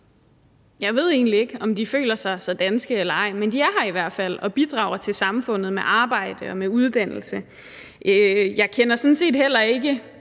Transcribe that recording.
Jeg ved egentlig ikke, om de føler sig så danske eller ej, men de er her i hvert fald og bidrager til samfundet med arbejde og uddannelse. Jeg kender sådan set heller ikke